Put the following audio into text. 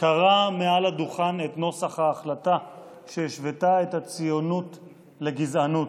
קרע מעל לדוכן את נוסח ההחלטה שהשוותה את הציונות לגזענות.